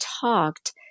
talked